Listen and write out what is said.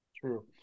True